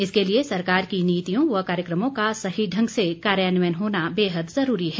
इसके लिए सरकार की नीतियों व कार्यक्रमों का सही ढंग से कार्यान्वयन होना बेहद ज़रूरी है